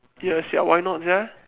ya sia why not sia